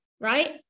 right